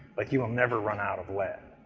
like, you'll never run out of lead.